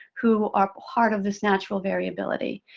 who are part of this natural variability.